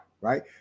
right